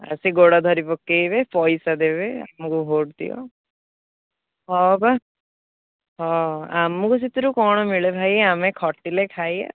ଆସି ଗୋଡ଼ ଧରି ପକେଇବେ ପଇସା ଦେବେ ଆମକୁ ଭୋଟ୍ ଦିଅ ହଁ ବା ହଁ ଆମକୁ ସେଥିରୁ କ'ଣ ମିଳେ ଭାଇ ଆମେ ଖଟିଲେ ଖାଇବା